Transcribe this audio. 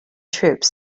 troops